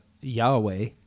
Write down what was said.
Yahweh